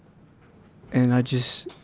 and i just,